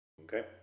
okay